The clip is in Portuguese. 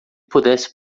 pudesse